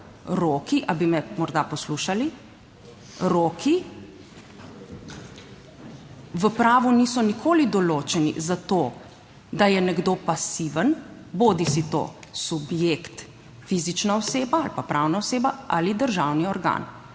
ali bi me morda poslušali? - roki v pravu niso nikoli določeni za to, da je nekdo pasiven, bodisi to subjekt, fizična oseba ali pa pravna oseba ali državni organ,